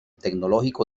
tecnológico